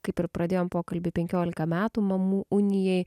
kaip ir pradėjom pokalbį penkiolika metų mamų unijai